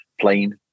plane